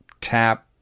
tap